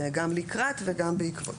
זה גם לקראת וגם בעקבות.